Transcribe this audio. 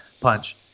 punch